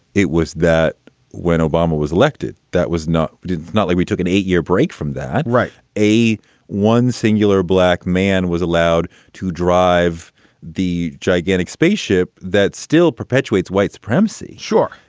it was that when obama was elected that was not did not like we took an eight year break from that. right. a one singular black man was allowed to drive the gigantic spaceship that still perpetuates white supremacy. sure,